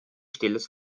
stilles